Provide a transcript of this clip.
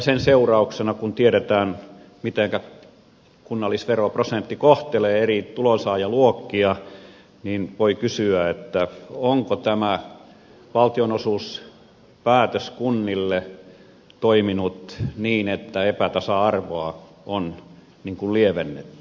sen seurauksena kun tiedetään mitenkä kunnallisveroprosentti kohtelee eri tulonsaajaluokkia voi kysyä onko tämä valtionosuuspäätös kunnille toiminut niin että epätasa arvoa on lievennetty